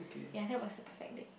ya that was a perfect date